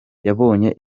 yabonye